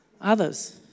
others